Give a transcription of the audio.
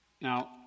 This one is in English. Now